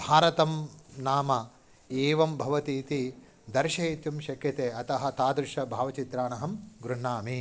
भारतं नाम एवं भवति इति दर्शयितुं शक्यते अतः तादृशान् भावचित्रान् अहं गृण्हामि